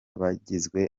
bagizwe